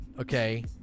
okay